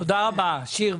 תודה רבה, מיכל שיר,